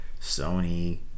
Sony